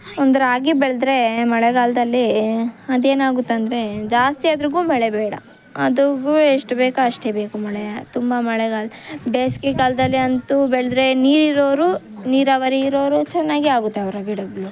ಒಂದು ರಾಗಿ ಬೆಳೆದ್ರೆ ಮಳೆಗಾಲದಲ್ಲಿ ಅದೇನಾಗುತ್ತಂದರೆ ಜಾಸ್ತಿ ಅದ್ರಾಗೂ ಮಳೆ ಬೇಡ ಅದಕ್ಕೂ ಎಷ್ಟು ಬೇಕು ಅಷ್ಟೇ ಬೇಕು ಮಳೆ ತುಂಬ ಮಳೆಗಾಲ ಬೇಸಿಗೆಕಾಲ್ದಲ್ಲಿ ಅಂತೂ ಬೆಳೆದ್ರೆ ನೀರು ಇರೋರು ನೀರಾವರಿ ಇರೋರು ಚೆನ್ನಾಗಿ ಆಗುತ್ತೆ ಅವರ ಬೆಳೆಗಳು